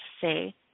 say